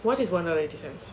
what is one dollar eighty cents